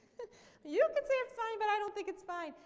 you can say it's fine, but i don't think it's fine.